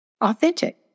authentic